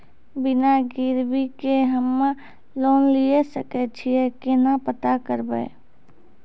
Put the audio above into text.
बिना गिरवी के हम्मय लोन लिये सके छियै केना पता करबै?